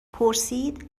پرسید